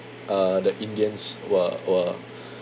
uh the indians were were